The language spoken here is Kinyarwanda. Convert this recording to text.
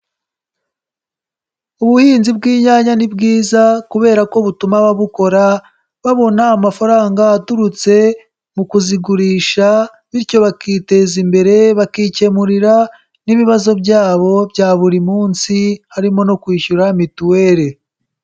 Ubuhinzi bw'inyanya ni bwiza kubera ko butuma ababukora babona amafaranga aturutse mu kuzigurisha, bityo bakiteza imbere, bakikemurira n'ibibazo byabo bya buri munsi harimo no kwishyura mituweli.